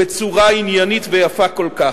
בצורה עניינית ויפה כל כך.